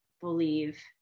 believe